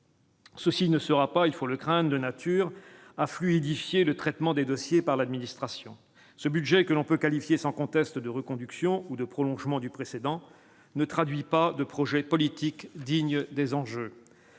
Ceci ne sera pas, il faut le crâne de nature à fluidifier le traitement des dossiers par l'administration, ce budget que l'on peut qualifier sans conteste de reconduction ou de prolongement du précédent ne traduit pas de projet politique digne des enjeux